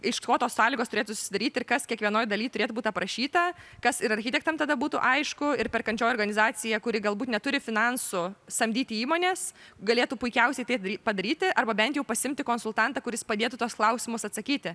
iš ko tos sąlygos turėtų susidaryti ir kas kiekvienoj daly turėtų būt aprašyta kas ir architektam tada būtų aišku ir perkančioji organizacija kuri galbūt neturi finansų samdyti įmonės galėtų puikiausiai tai padaryti arba bent jų pasiimti konsultantą kuris padėtų tuos klausimus atsakyti